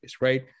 right